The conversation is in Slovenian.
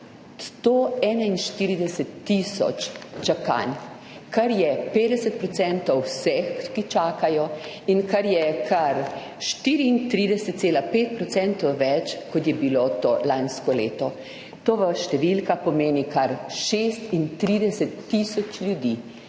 141 tisoč čakanj, kar je 50 % vseh, ki čakajo, in kar je kar 34,5 % več, kot je bilo to lansko leto. To v številkah pomeni kar 36 tisoč ljudi,